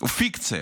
הוא פיקציה,